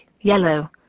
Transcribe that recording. yellow